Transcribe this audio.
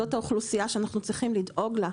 זו האוכלוסייה שצריך לדאוג לה,